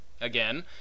Again